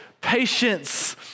patience